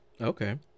okay